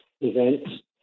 events